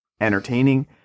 entertaining